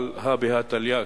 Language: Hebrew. אבל הא בהא תליא,